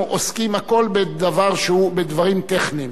אנחנו עוסקים הכול בדבר שהוא, בדברים טכניים.